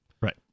Right